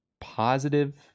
positive